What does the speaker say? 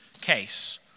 case